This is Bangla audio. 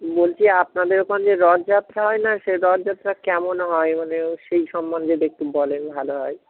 বলছি আপনাদের ওখানে যে রথযাত্রা হয় না সে রথযাত্রা কেমন হয় মানে সেই সম্বন্ধে একটু বলেন ভালো হয়